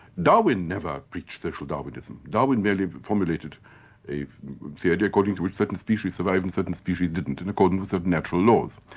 darwin never preached social darwinism, darwin merely accommodated a theory according to which certain species survived and certain species didn't, in accordance with with natural laws.